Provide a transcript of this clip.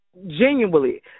genuinely